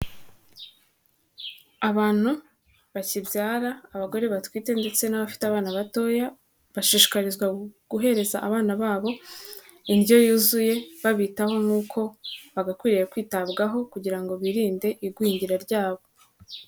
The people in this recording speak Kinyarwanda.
Abantu bakibyara, abagore batwite ndetse n'abafite abana batoya, bashishikarizwa guhereza abana babo indyo yuzuye, babitaho nkuko bagakwiriye kwitabwaho kugira ngo birinde igwingira ryabo.